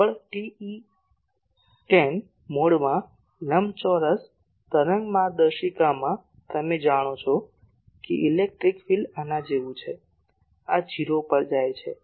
પ્રબળ TE10 મોડમાં લંબચોરસ તરંગ માર્ગદર્શિકામાં તમે જાણો છો કે ઇલેક્ટ્રિક ફિલ્ડ આના જેવું છે આ 0 પર જાય છે